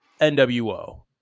NWO